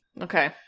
Okay